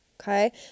okay